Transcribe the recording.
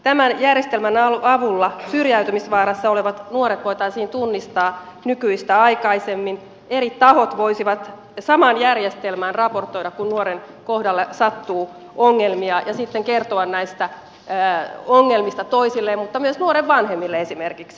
tämän järjestelmän avulla syrjäytymisvaarassa olevat nuoret voitaisiin tunnistaa nykyistä aikaisemmin eri tahot voisivat samaan järjestelmään raportoida kun nuoren kohdalle sattuu ongelmia ja sitten kertoa näistä ongelmista toisilleen mutta myös nuoren vanhemmille esimerkiksi